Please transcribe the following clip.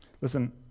Listen